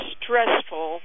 stressful